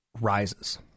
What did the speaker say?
rises